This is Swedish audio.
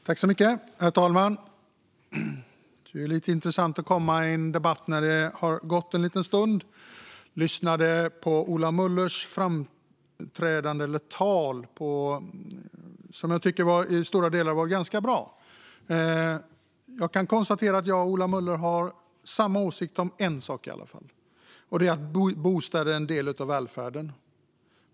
Herr talman! Det är intressant att komma in i en debatt när det har gått en liten stund. Jag lyssnade på Ola Möllers anförande, som jag i stora delar tyckte var ganska bra. Jag kan konstatera att jag och Ola Möller har samma åsikt om åtminstone en sak: att bostäder är en del av välfärden.